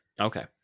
Okay